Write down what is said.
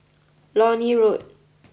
Lornie Road